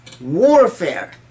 warfare